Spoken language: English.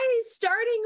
starting